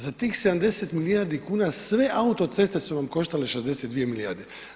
Za tih 70 milijardi kuna sve autoceste su vam koštale 62 milijarde.